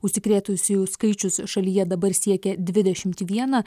užsikrėtusiųjų skaičius šalyje dabar siekė dvidešimt vieną